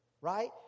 right